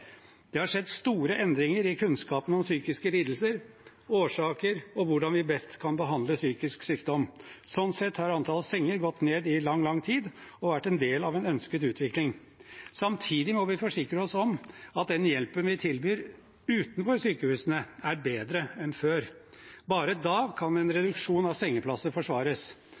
Det har skjedd store endringer i kunnskapen om psykiske lidelser, årsaker og hvordan vi best kan behandle psykisk sykdom. Sånn sett har antallet senger gått ned i lang, lang tid og vært en del av en ønsket utvikling. Samtidig må vi forsikre oss om at den hjelpen vi tilbyr utenfor sykehusene, er bedre enn før. Bare da kan en reduksjon av sengeplasser forsvares.